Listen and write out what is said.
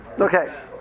okay